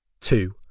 two